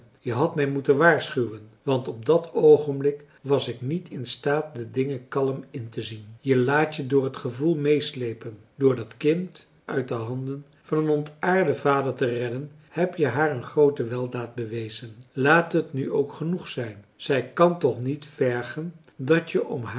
je hadt mij moeten waarschuwen want op dat oogenblik was ik niet in staat de dingen kalm intezien je laat je door het gevoel meeslepen door dat kind uit de handen van een ontaarden vader te redden heb je haar een groote weldaad bewezen laat het nu ook genoeg zijn zij kan toch niet vergen dat je